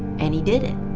and he did it!